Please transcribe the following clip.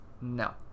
No